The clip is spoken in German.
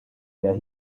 mehr